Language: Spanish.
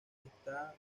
está